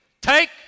Take